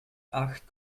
acht